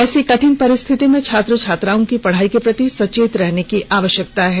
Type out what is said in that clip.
ऐसी कठिन परिस्थिति में छात्र छात्राओं की पढाई के प्रति सचेत रहने की आवश्यकता है